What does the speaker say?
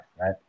right